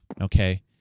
okay